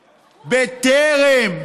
בטרם.